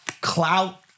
clout